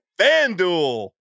FanDuel